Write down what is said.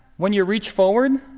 when you reach forward,